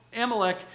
Amalek